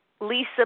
Lisa